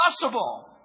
possible